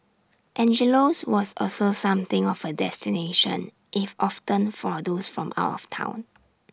Angelo's was also something of A destination if often for those from out of Town